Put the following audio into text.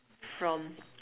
from